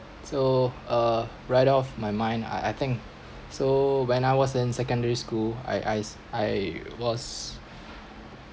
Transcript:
so uh right of my mind I I think so when I was in secondary school I I I was